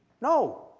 No